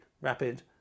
rapid